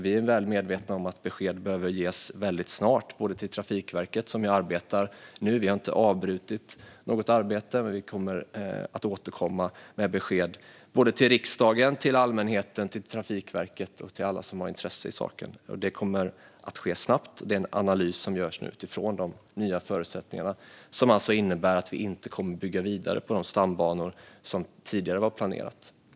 Vi är väl medvetna om att besked behöver ges väldigt snart till Trafikverket, som ju arbetar nu. Vi har inte avbrutit något arbete, men vi kommer att återkomma med besked till riksdagen, allmänheten, Trafikverket och alla som har intressen i saken. Och det kommer att ske snabbt. Det är en analys som görs utifrån de nya förutsättningarna som alltså innebär att vi inte kommer att bygga vidare på de stambanor som tidigare var planerade.